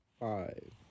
Five